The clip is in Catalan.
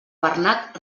bernat